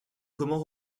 comment